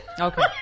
Okay